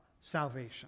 salvation